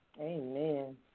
Amen